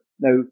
now